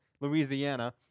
Louisiana